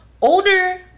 older